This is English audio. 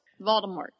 Voldemort